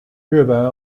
日本